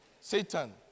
Satan